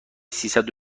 ششصد